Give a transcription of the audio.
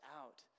out